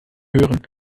hören